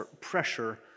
pressure